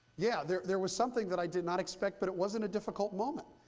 yeah, there there was something that i did not expect, but it wasn't a difficult moment.